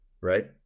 right